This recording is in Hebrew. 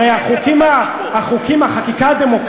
הרי החוקים, החוקים,